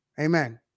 Amen